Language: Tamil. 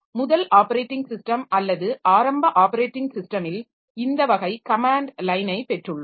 முதல் ஆப்பரேட்டிங் ஸிஸ்டம் அல்லது ஆரம்ப ஆப்பரேட்டிங் ஸிஸ்டமில் இந்த வகை கமேன்ட் லைனை பெற்றுள்ளோம்